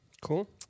cool